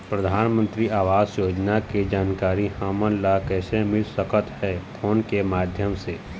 परधानमंतरी आवास योजना के जानकारी हमन ला कइसे मिल सकत हे, फोन के माध्यम से?